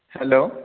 hello